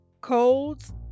colds